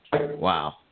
Wow